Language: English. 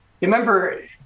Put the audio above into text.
remember